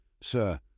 Sir